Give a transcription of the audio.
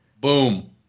Boom